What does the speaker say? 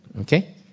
Okay